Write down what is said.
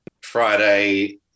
friday